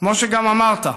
כמו שגם אמרת,